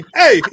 hey